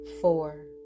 four